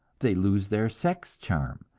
they lose their sex charm,